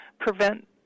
prevent